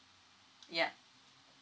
ya